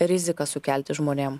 riziką sukelti žmonėm